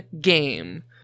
game